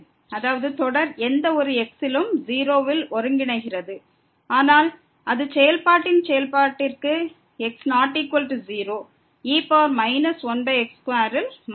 அதாவது தொடர் எந்த ஒரு x உம் 0 ல் ஒருங்கிணைக்கிறது ஆனால் அது செயல்பாட்டின் செயல்பாட்டிற்கு x≠0 e 1x2 ல் மாறாது